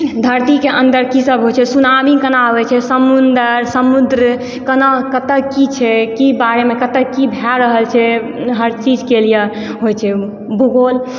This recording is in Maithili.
धरतीके अन्दर की सब होइ छै सुनामी केना अबय छै समुन्दर समुद्र केना कतऽ की छै की बारेमे कतऽ की भए रहल छै हर चीजके लिये होइ छै ओइमे भूगोल